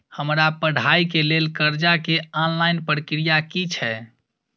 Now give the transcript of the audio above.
हमरा पढ़ाई के लेल कर्जा के ऑनलाइन प्रक्रिया की छै?